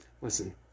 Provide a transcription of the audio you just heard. listen